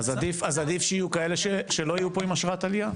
אז עדיף שיהיו כאלה שלא יהיו פה עם אשרת עלייה?